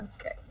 okay